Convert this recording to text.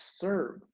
serve